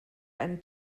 ein